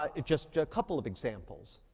ah just a couple of examples.